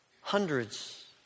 hundreds